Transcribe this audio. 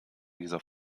dieser